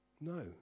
No